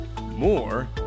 more